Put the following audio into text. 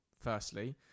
firstly